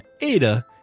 Ada